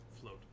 float